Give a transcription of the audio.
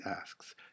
asks